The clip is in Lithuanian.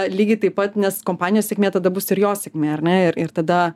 lygiai taip pat nes kompanijos sėkmė tada bus ir jo sėkmė ar ne ir ir tada